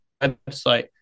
website